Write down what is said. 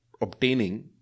obtaining